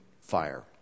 fire